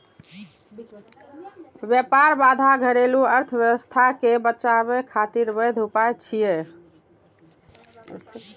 व्यापार बाधा घरेलू अर्थव्यवस्था कें बचाबै खातिर वैध उपाय छियै